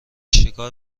شکار